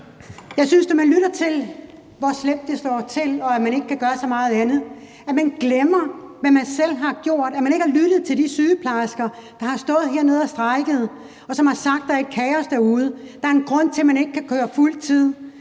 Jeg synes, når jeg lytter til, hvor slemt det står til, og at man ikke kan gøre så meget andet, at man glemmer, hvad man selv har gjort, og at man ikke har lyttet til de sygeplejersker, der har stået hernede og strejket og sagt, at der er kaos derude, og at der er en grund til, at man ikke kan køre på fuld tid.